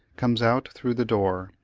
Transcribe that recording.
comes out through the door,